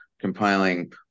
compiling